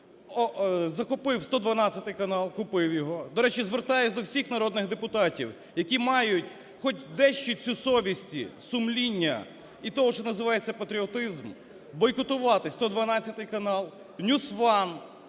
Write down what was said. захопив "112" канал, купив його. До речі, звертаюся до всіх народних депутатів, які мають хоча б дещицю совісті, сумління і того, що називається патріотизм, бойкотувати "112" канал, NewsOne,